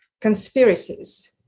conspiracies